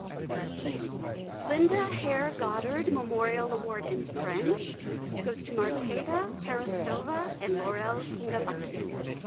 the linda hare goddard memorial award in french goes to marketa harastova and laurelle kinga bakienga.